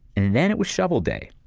and then it was shovel day.